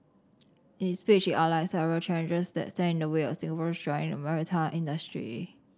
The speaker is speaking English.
in his speech he outlined several challenges that stand in the way of Singaporeans joining the maritime industry